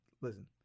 listen